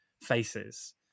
faces